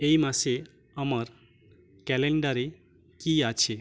এই মাসে আমার ক্যালেন্ডারে কী আছে